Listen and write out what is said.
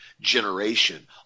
generation